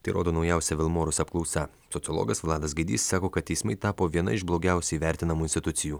tai rodo naujausia vilmorus apklausa sociologas vladas gaidys sako kad teismai tapo viena iš blogiausiai vertinamų institucijų